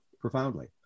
profoundly